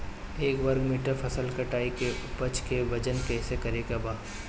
एक वर्ग मीटर फसल कटाई के उपज के वजन कैसे करे के बा?